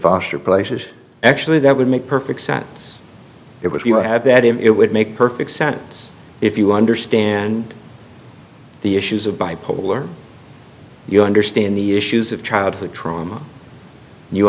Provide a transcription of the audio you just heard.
foster places actually that would make perfect sense it was he would have that it would make perfect sense if you understand the issues of bipolar you understand the issues of childhood trauma